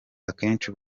akenshi